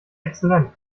exzellent